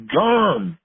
gone